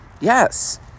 Yes